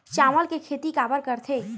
चावल के खेती काबर करथे?